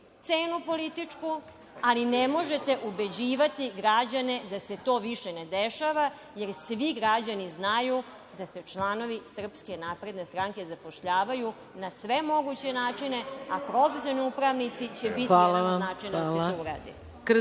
cenu političku, ali ne možete ubeđivati građane da se to više ne dešava, jer svi građani znaju da se članovi SNS zapošljavaju na sve moguće načine, a profesionalni upravnici će biti još jedna način da se to uradi.